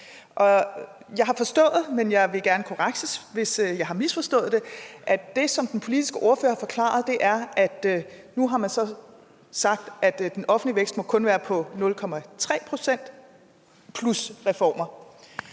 Jeg har forstået, men jeg vil gerne korrekses, hvis jeg har misforstået det, at det, som den politiske ordfører har forklaret, er, at man har sagt, at den offentlige vækst kun må være 0,3 pct. plus reformer.